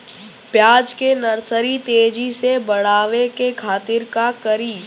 प्याज के नर्सरी तेजी से बढ़ावे के खातिर का करी?